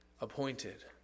appointed